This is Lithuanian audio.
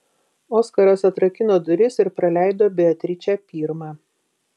oskaras atrakino duris ir praleido beatričę pirmą